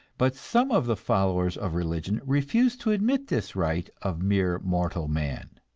but some of the followers of religion refuse to admit this right of mere mortal man.